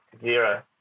Zero